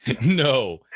No